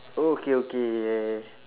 oh okay okay yeah yeah